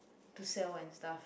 to sell and stuff